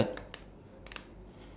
uh on the rock that one